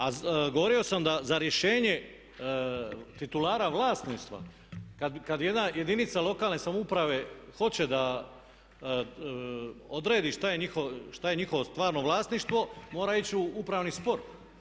A govorio sam da za rješenje titulara vlasništva kad jedna jedinica lokalne samouprave hoće da odredi što je njihovo stvarno vlasništvo mora ići u upravni spor.